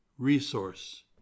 Resource